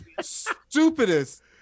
stupidest